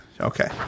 Okay